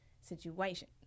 situation